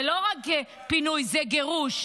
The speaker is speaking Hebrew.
זה לא רק פינוי, זה גירוש.